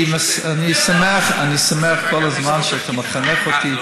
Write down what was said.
אני שמח שכל הזמן אתה מחנך אותי,